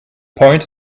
point